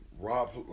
Rob